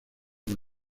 con